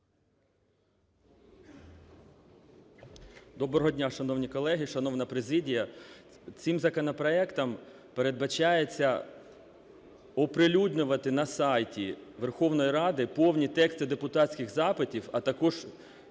Доброго дня, шановні колеги, шановна президія! Цим законопроектом передбачається оприлюднювати на сайті Верховної Ради повні тексти депутатських запитів, а також